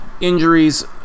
injuries